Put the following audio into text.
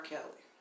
Kelly